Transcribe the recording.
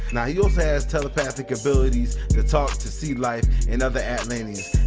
and he also has telephathic abilities to talk to sea life and other atlanteans,